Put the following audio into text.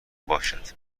باشد